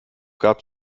gab